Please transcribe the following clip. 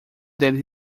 deles